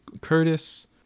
curtis